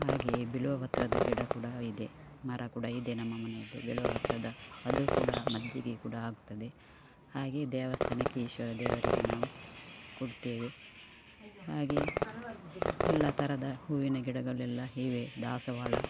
ಹಾಗೆಯೇ ಬಿಲ್ವಪತ್ರದ ಗಿಡ ಕೂಡ ಇದೆ ಮರ ಕೂಡ ಇದೆ ನಮ್ಮ ಮನೆಯಲ್ಲಿ ಬಿಲ್ವಪತ್ರದ ಅದು ಕೂಡ ಮದ್ದಿಗೆ ಕೂಡ ಆಗ್ತದೆ ಹಾಗೆ ದೇವಸ್ಥಾನಕ್ಕೆ ಈಶ್ವರ ದೇವರಿಗೆ ನಾವು ಕೊಡ್ತೇವೆ ಹಾಗೆ ಎಲ್ಲ ಥರದ ಹೂವಿನ ಗಿಡಗಳೆಲ್ಲ ಇವೆ ದಾಸವಾಳ